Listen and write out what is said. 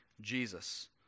Jesus